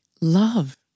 love